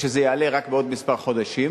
ושזה יעלה רק בעוד כמה חודשים?